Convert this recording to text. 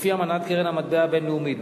לפי אמנת קרן המטבע הבין-לאומית.